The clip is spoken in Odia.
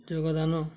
ଯୋଗଦାନ